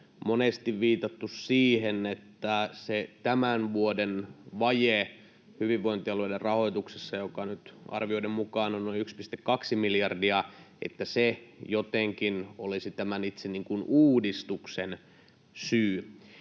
monesti viitattu siihen, että se tämän vuoden vaje hyvinvointialueiden rahoituksessa, joka nyt arvioiden mukaan on noin 1,2 miljardia, olisi jotenkin tämän itse uudistuksen syy.